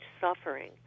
suffering